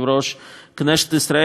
די כשלה.